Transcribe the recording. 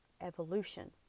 evolution